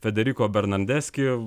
federiko bernandeski